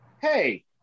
hey